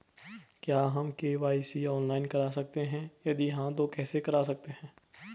क्या हम KYC online करा सकते हैं यदि हाँ तो कैसे करा सकते हैं?